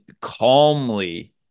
calmly